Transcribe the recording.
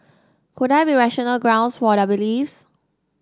could there be rational grounds for their beliefs